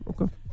okay